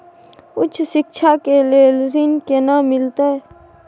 उच्च शिक्षा के लेल ऋण केना मिलते?